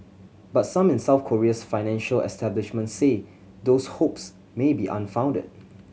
but some in South Korea's financial establishment say those hopes may be unfounded